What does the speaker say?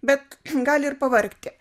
bet gali ir pavargti